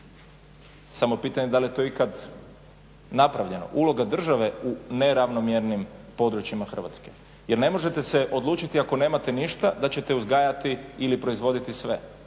samo je pitanje da li je to ikad napravljeno, uloga države u neravnomjernim područjima Hrvatske. Jer ne možete se odlučiti ako nemate ništa da ćete uzgajati ili proizvoditi sve.